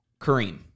Kareem